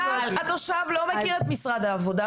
זאת --- התושב לא מכיר את משרד העבודה,